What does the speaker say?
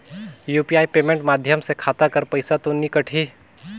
UPI payment माध्यम से खाता कर पइसा तो नी कटही?